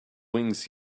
wings